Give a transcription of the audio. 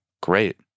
great